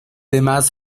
demás